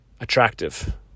attractive